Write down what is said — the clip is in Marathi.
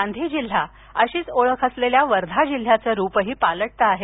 गांधी जिल्हा अशीच ओळख असलेल्या वर्धा जिल्ह्याचं रूप पालटतं आहे